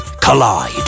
collide